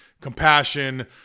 compassion